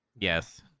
Yes